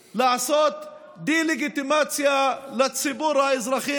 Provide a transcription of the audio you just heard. לעשות דה-לגיטימציה לציבור האזרחים,